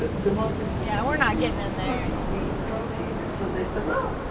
ah the most expensive ingredient is protein, meat protein, and so they said, well,